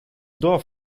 dorf